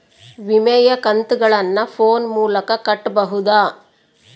ವಿಮೆಯ ಕಂತುಗಳನ್ನ ಫೋನ್ ಮೂಲಕ ಕಟ್ಟಬಹುದಾ?